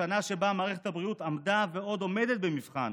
בשנה שבה מערכת הבריאות עמדה ועוד עומדת במבחן,